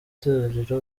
torero